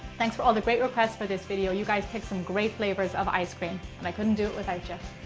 thanks for all the great requests for this video. you guys picked some great flavors of ice cream and i couldn't do it without